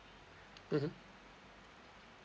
mmhmm